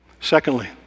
Secondly